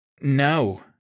No